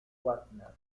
wagner